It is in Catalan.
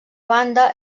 banda